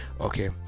okay